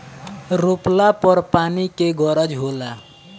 रोपला पर पानी के गरज होला